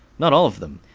not all of them,